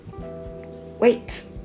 wait